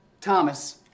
Thomas